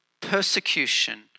persecution